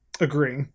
agree